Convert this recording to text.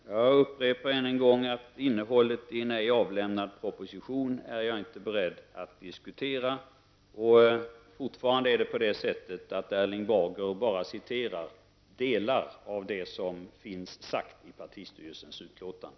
Herr talman! Jag upprepar att innehållet i en ej avlämnad proposition är jag inte beredd att diskutera. Fortfarande citerar Erling Bager bara delar av det som är sagt i partistyrelsens utlåtande.